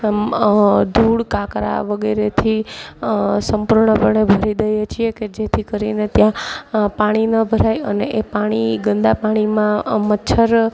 એમ ધૂળ કાંકરા વગેરેથી સંપૂર્ણ પણે ભરી દઈએ છીએ કે જેથી કરીને ત્યાં પાણી ન ભરાય અને એ પાણી ગંદા પાણીમાં મચ્છર